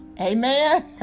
Amen